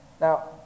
now